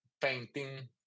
painting